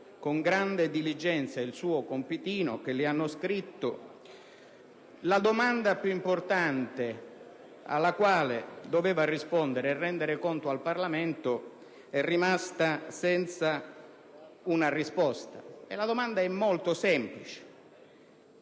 con grande diligenza il compitino che le hanno scritto, la domanda più importante alla quale doveva rispondere e rendere conto al Parlamento è rimasta senza una risposta. La domanda, molto semplice,